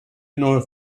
nur